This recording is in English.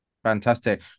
Fantastic